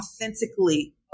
authentically